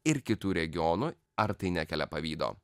ir kitų regionų ar tai nekelia pavydo